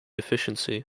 efficiency